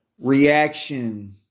reaction